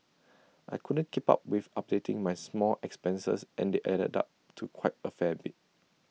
but I couldn't keep up with updating my small expenses and they added up to quite A fair bit